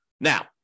Now